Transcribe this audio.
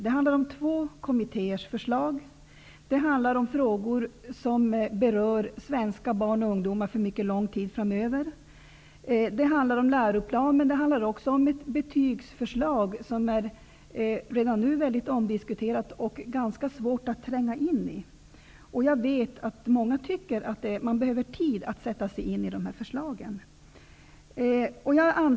Det handlar om två kommittéers förslag. Det handlar om frågor som berör svenska barn och ungdomar för mycket lång tid framöver. Det handlar om en läroplan, men det handlar också om ett betygsförslag som redan nu är väldigt omdiskuterat och ganska svårt att tränga in i. Jag vet att många tycker att man behöver tid för att sätta sig in i de här förslagen.